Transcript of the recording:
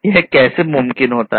तो यह कैसे मुमकिन होता है